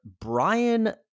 Brian